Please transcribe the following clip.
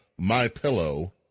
MyPillow